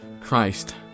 christ